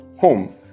home